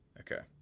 okay.